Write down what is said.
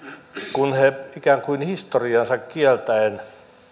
kun he ikään kuin historiansa kieltäen